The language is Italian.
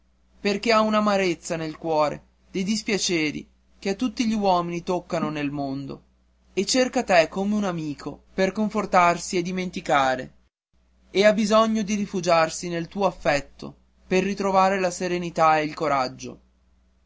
perché ha un'amarezza nel cuore dei dispiaceri che a tutti gli uomini toccano nel mondo e cerca te come un amico per confortarsi e dimenticare e ha bisogno di rifugiarsi nel tuo affetto per ritrovare la serenità e il